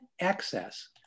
access